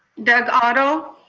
doug otto?